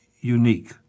unique